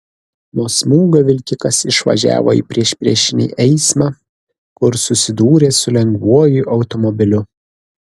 nuo smūgio vilkikas išvažiavo į priešpriešinį eismą kur susidūrė su lengvuoju automobiliu